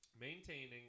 Maintaining